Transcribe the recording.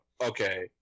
okay